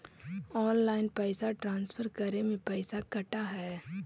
Online पैसा transfer करे में पैसा कटा है?